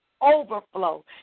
overflow